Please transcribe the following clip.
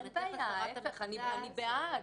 ההפך, אני בעד.